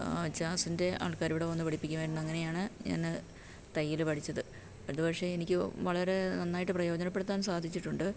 ജാസിൻ്റെ ആൾക്കാർ ഇവിടെ വന്ന് പഠിപ്പിക്കുമായിരുന്നു അങ്ങനെ ആണ് ഞാൻ തയ്യൽ പഠിച്ചത് അത് പക്ഷേ എനിക്ക് വളരെ നന്നായിട്ട് പ്രയോജനപ്പെടുത്താൻ സാധിച്ചിട്ടുണ്ട്